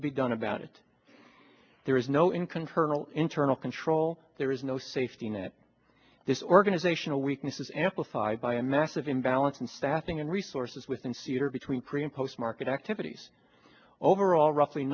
to be done about it there is no in control internal control there is no safety net this organizational weakness is amplified by a massive imbalance in staffing and resources within suter between pre and post market activities overall roughly